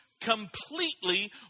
completely